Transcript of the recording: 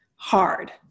hard